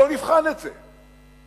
בואו נבחן את זה,